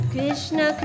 Krishna